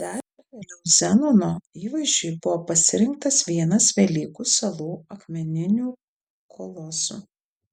dar vėliau zenono įvaizdžiui buvo pasirinktas vienas velykų salų akmeninių kolosų